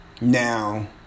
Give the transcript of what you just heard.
Now